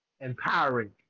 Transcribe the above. Empowering